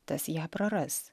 tas ją praras